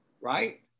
right